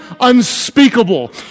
unspeakable